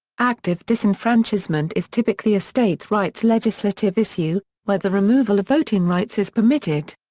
active disenfranchisement is typically a states rights legislative issue, where the removal of voting rights is permitted.